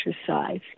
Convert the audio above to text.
exercise